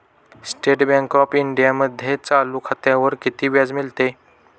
State bank of इंडियामध्ये चालू खात्यावर किती व्याज मिळते?